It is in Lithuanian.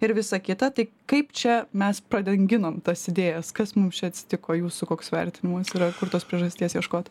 ir visa kita tai kaip čia mes pradanginom tas idėjas kas mum čia atsitiko jūsų koks vertinimas yra kur tos priežasties ieškot